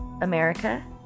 America